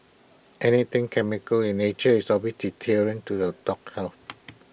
anything chemical in nature is always to the dog health